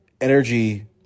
energy